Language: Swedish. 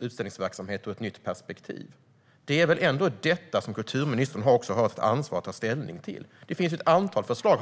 utställningsverksamhet ur ett nytt perspektiv. Det är väl ändå detta som kulturministern har ett ansvar att ta ställning till. Det finns ju ett antal förslag.